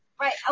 Right